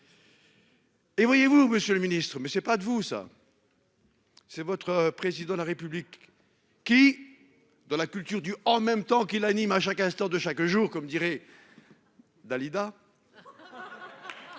Et voyez-vous, Monsieur le Ministre mais c'est pas de vous ça. C'est votre président de la République qui. Dans la culture du en même temps qu'il anime à chaque instant de chaque jour, comme dirait. Dalida.